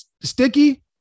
sticky